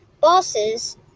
bosses